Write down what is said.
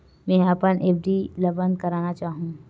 मेंहा अपन एफ.डी ला बंद करना चाहहु